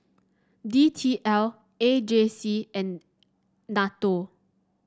D T L A J C and NATO